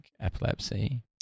epilepsy